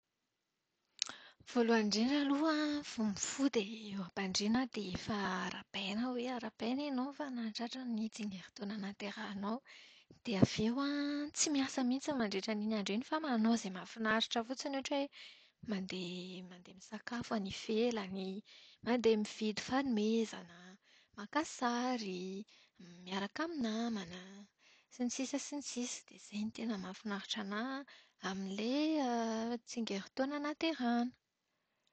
Voalohany indrindra aloha voa mifoha dia eo am-pandriana. Dia efa arahabaina aho hoe arahabaina ianao fa tratran'ny tsingerin-taona nahaterahanao. Dia avy eo an, tsy miasa mihitsy mandritran'iny andro iny fa manao izay mahafinaritra fotsiny ohatra hoe mandeha mandeha misakafo any ivelany, mandeha mividy fanomezana, maka sary, miaraka amin'ny namana, sy ny sisa sy ny sisa. Dia izay no tena mahafinaritra anahy amin'ilay tsingerin-taona nahaterahana.